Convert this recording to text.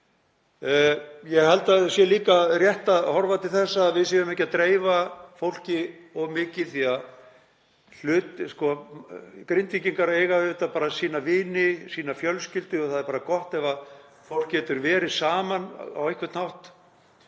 Ég held að það sé líka rétt að horfa til þess að við séum ekki að dreifa fólki of mikið því að Grindvíkingar eiga auðvitað bara sína vini og sína fjölskyldu og það er gott ef fólk getur verið saman á einhvern hátt.